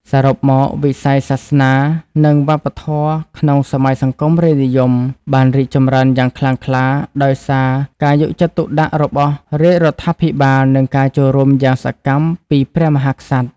សរុបមក វិស័យសាសនា និងវប្បធម៌ក្នុងសម័យសង្គមរាស្ត្រនិយម បានរីកចម្រើនយ៉ាងខ្លាំងក្លា ដោយសារការយកចិត្តទុកដាក់របស់រាជរដ្ឋាភិបាល និងការចូលរួមយ៉ាងសកម្មពីព្រះមហាក្សត្រ។